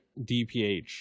DPH